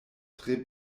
tre